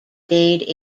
dade